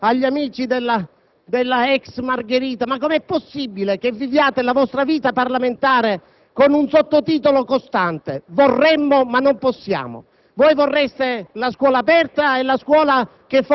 Amici della maggioranza (mi riferisco soprattutto agli amici della ex Margherita), come è possibile che viviate la vostra vita parlamentare con un sottotitolo costante: «Vorremmo, ma non possiamo»?